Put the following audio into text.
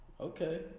Okay